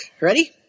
Ready